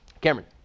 Cameron